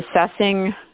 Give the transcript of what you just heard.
assessing